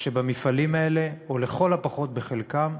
שבמפעלים האלה, או לכל הפחות בחלקם,